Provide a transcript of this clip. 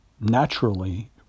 naturally